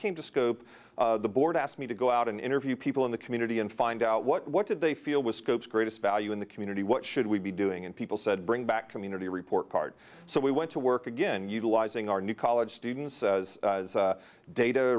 came to scope the board asked me to go out and interview people in the community and find out what did they feel was scope's greatest value in the community what should we be doing and people said bring back community report card so we went to work again utilizing our new college students as